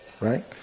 right